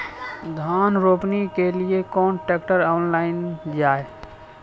धान रोपनी के लिए केन ट्रैक्टर ऑनलाइन जाए?